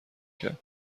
کرد